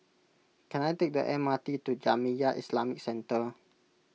can I take the MRT to Jamiyah Islamic Centre